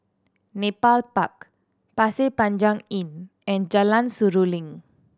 Nepal Park Pasir Panjang Inn and Jalan Seruling